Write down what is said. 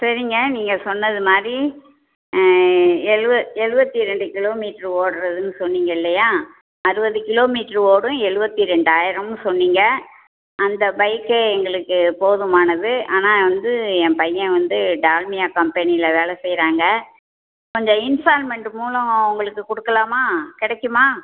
சரிங்க நீங்கள் சொன்னது மாதிரி எழுவ எழுபத்தி ரெண்டு கிலோமீட்டர் ஓடுறதுன்னு சொன்னீங்க இல்லையா அறுபது கிலோமீட்டர் ஓடும் எழுபத்தி ரெண்டாயிரம்ன்னு சொன்னீங்கள் அந்த பைக்கே எங்களுக்கு போதுமானது ஆனால் வந்து என் பையன் வந்து டால்மியா கம்பெனியில் வேலை செய்கிறாங்க கொஞ்சம் இன்ஸ்டால்மென்ட் மூலம் உங்களுக்கு கொடுக்கலாமா கிடைக்குமா